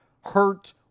hurt